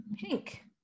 pink